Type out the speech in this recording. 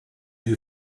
who